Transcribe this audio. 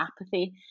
apathy